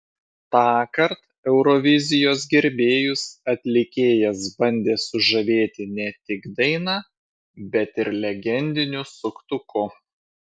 tąkart eurovizijos gerbėjus atlikėjas bandė sužavėti ne tik daina bet ir legendiniu suktuku